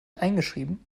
eingeschrieben